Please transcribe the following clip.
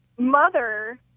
mother